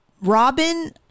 Robin